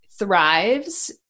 thrives